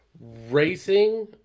racing